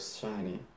shiny